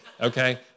okay